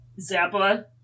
Zappa